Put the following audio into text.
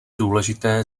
důležité